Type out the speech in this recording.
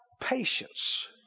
patience